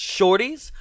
Shorties